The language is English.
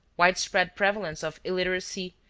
widespread prevalence of illiteracy,